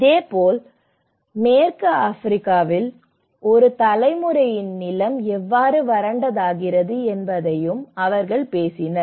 இதேபோல் மேற்கு ஆபிரிக்காவில் ஒரு தலைமுறையில் நிலம் எவ்வாறு வறண்டதாகிறது என்பதையும் அவர்கள் பேசினர்